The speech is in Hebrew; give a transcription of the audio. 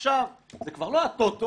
מעכשיו זה כבר לא הטוטו,